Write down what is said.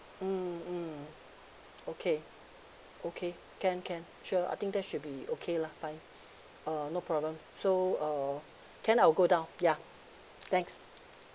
mm mm okay okay can can sure I think that should be okay lah fine uh no problem so uh can [laj] I'll go down ya thanks